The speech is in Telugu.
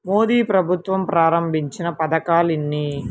మోదీ ప్రభుత్వం ప్రారంభించిన పథకాలు ఎన్ని?